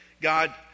God